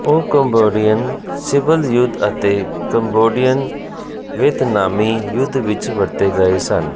ਉਹ Cambodian civil ਯੁੱਧ ਅਤੇ ਕੰਬੋਡੀਅਨ ਵੀਅਤਨਾਮੀ ਯੁੱਧ ਵਿੱਚ ਵਰਤੇ ਗਏ ਸਨ